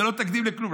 זה לא תקדים לכלום.